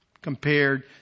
Compared